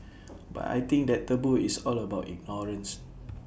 but I think that taboo is all about ignorance